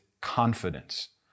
confidence